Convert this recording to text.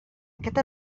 aquest